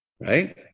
Right